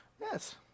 Yes